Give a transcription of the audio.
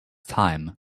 time